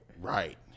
right